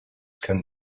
can